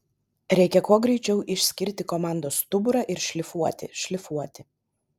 reikia kuo greičiau išskirti komandos stuburą ir šlifuoti šlifuoti